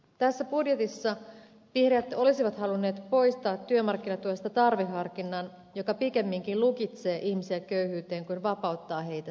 tässä budjetissa vihreät olisivat halunneet poistaa työmarkkinatuesta tarveharkinnan joka pikemminkin lukitsee ihmisiä köyhyyteen kuin vapauttaa heitä siitä